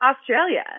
Australia